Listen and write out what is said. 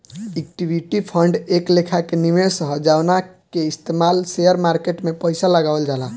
equity fund एक लेखा के निवेश ह जवना के इस्तमाल शेयर मार्केट में पइसा लगावल जाला